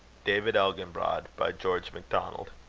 david elginbrod by george macdonald